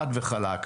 חד וחלק,